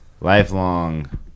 Lifelong